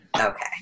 Okay